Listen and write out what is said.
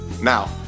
now